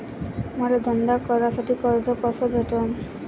मले धंदा करासाठी कर्ज कस भेटन?